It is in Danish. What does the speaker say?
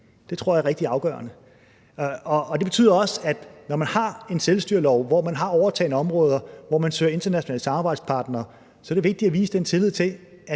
Det tror jeg er rigtig afgørende. Det betyder også, at når man har en selvstyrelov, og når man har overtagne områder, som man søger internationale samarbejdspartnere til, er det vigtigt at vise den tillid.